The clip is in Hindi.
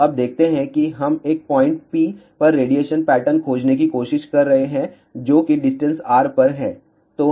तो अब देखते हैं कि हम एक पॉइंट p पर रेडिएशन पैटर्न खोजने की कोशिश कर रहे हैं जो कि डिस्टेंस r पर है